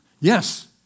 Yes